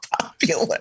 popular